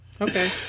Okay